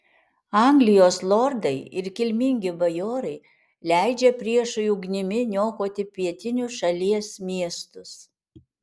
anglijos lordai ir kilmingi bajorai leidžia priešui ugnimi niokoti pietinius šalies miestus